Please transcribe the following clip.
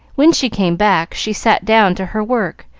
when she came back she sat down to her work,